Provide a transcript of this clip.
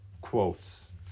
Quotes